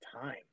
time